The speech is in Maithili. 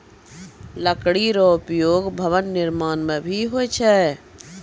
लकड़ी रो उपयोग भवन निर्माण म भी होय छै